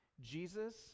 Jesus